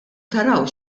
taraw